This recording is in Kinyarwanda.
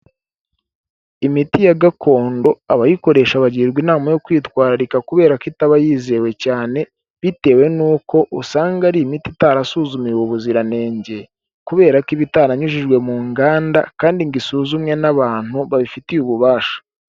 Imiti ya gakondo abayikoresha bagirwa inama yo kwitwararika kubera ko itaba yizewe cyane, bitewe n'uko usanga ari imiti itarasuzumiwe ubuziranenge kubera ko iba itaranyujijwe mu nganda kandi ngo isuzumwe n'abantu babifitiye ububasha.